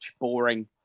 boring